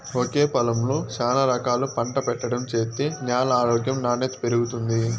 ఒకే పొలంలో శానా రకాలు పంట పెట్టడం చేత్తే న్యాల ఆరోగ్యం నాణ్యత పెరుగుతుంది